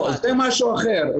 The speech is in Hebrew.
זה משהו אחר.